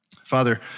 Father